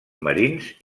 marins